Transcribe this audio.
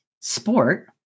sport